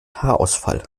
haarausfall